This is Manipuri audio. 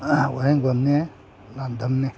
ꯋꯥꯍꯦꯡꯕꯝꯅꯦ ꯉꯥꯟꯗꯝꯅꯦ